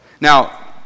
Now